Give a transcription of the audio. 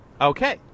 Okay